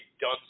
done